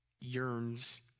yearns